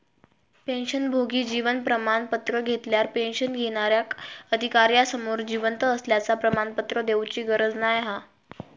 पेंशनभोगी जीवन प्रमाण पत्र घेतल्यार पेंशन घेणार्याक अधिकार्यासमोर जिवंत असल्याचा प्रमाणपत्र देउची गरज नाय हा